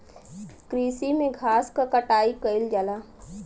कृषि में घास क कटाई कइल जाला